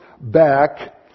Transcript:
back